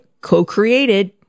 co-created